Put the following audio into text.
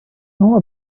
know